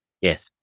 Yes